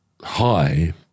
high